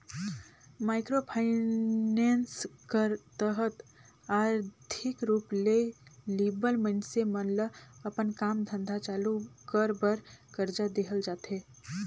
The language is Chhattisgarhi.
माइक्रो फाइनेंस कर तहत आरथिक रूप ले लिबल मइनसे मन ल अपन काम धंधा चालू कर बर करजा देहल जाथे